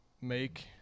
make